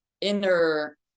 inner